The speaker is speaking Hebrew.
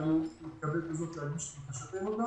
ואני מתכבד בזאת להגיש את בקשתנו,